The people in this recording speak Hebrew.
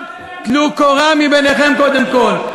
טלו קורה מבין עיניכם קודם כול.